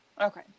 Okay